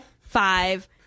five